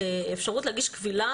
אפשרות להגיש קבילה